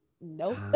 nope